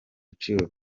biciro